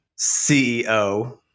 CEO